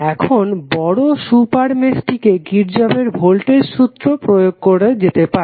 এখন বড় সুপার মেশকে কির্শফের ভোল্টেজ সূত্র প্রয়োগে ব্যবহার করা যেতে পারে